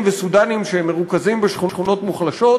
וסודאנים שמרוכזים בשכונות מוחלשות,